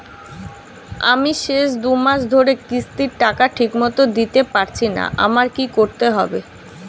আমি শেষ দুমাস ধরে কিস্তির টাকা ঠিকমতো দিতে পারছিনা আমার কি করতে হবে?